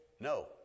No